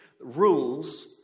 Rules